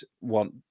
want